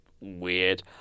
Weird